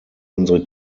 unsere